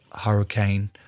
hurricane